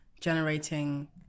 generating